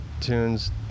tunes